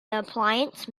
appliance